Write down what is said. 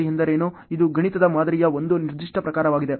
ಇದು ಗಣಿತದ ಮಾದರಿಯ ಒಂದು ನಿರ್ದಿಷ್ಟ ಪ್ರಕಾರವಾಗಿದೆ